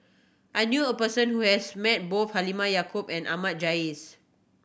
I knew a person who has met both Halimah Yacob and Ahmad Jais